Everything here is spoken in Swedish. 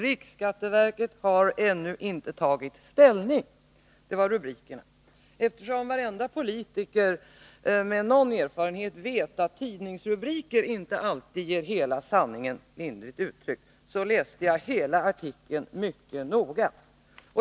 Riksskatteverket har ännu inte tagit ställning.” Eftersom varje politiker med någon erfarenhet vet att tidningsrubriker inte alltid ger hela sanningen, lindrigt uttryckt, läste jag hela artikeln mycket noga.